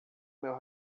meu